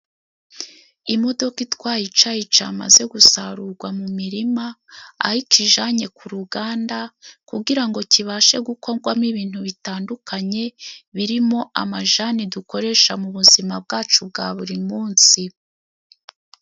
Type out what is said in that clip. Imodoka itwaye icayi camaze gusarugwa mu mirima, aho ikijanye ku ruganda kugira kibashe gukorwamo ibintu bitandukanye, birimo amajani dukoresha mu buzima bwacu bwa buri munsi.